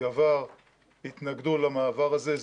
גבר והתנגדו למעבר הזה.